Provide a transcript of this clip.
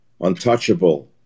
untouchable